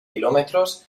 kilómetros